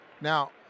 Now